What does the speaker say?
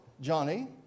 Johnny